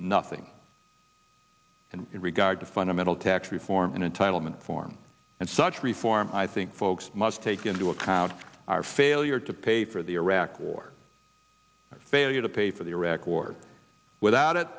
nothing and in regard to fundamental tax reform and entitlement reform and such reform i think folks must take into account our failure to pay for the iraq war failure to pay for the iraq war without it